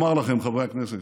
חבריי השרים, חברי הכנסת,